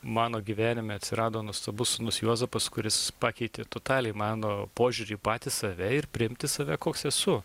mano gyvenime atsirado nuostabus sūnus juozapas kuris pakeitė totaliai mano požiūrį į patį save ir priimti save koks esu